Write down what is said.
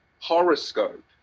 horoscope